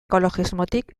ekologismotik